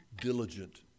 diligent